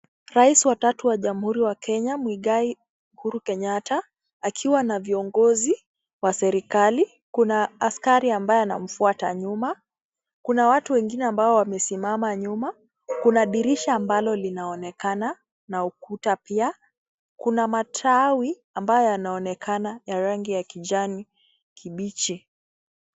Rais wa watu wa jamuhuri wa Kenya, Muigai Uhuru Kenyatta ,akiwa na viongozi wa serikali. Kuna askari ambaye anamfuata nyuma. Kuna watu wengine ambao wamesimama nyuma. Kuna dirisha ambalo linaonekana na ukuta pia. Kuna matawi ambayo yanaonekana ya rangi ya kijani kibichi.